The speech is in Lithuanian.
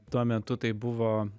tuo metu tai buvo